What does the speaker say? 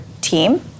team